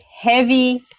heavy